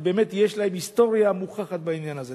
ובאמת יש להם היסטוריה מוכחת בעניין הזה.